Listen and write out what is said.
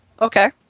okay